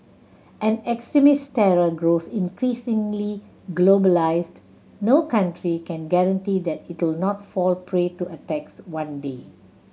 an extremist terror grows increasingly globalised no country can guarantee that it'll not fall prey to attacks one day